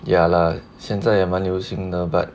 ya lah 现在也蛮流行的 but